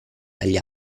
dagli